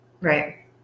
Right